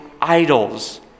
idols